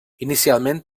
inicialment